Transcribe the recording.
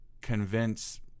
convince